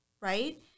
right